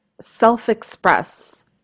self-express